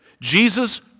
Jesus